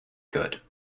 good